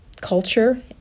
culture